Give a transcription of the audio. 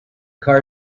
car